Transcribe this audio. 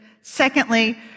secondly